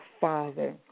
Father